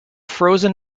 frozen